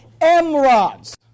M-rods